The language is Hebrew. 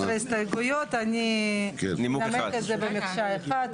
15 הסתייגויות, אני אנמק את זה במקשה אחת.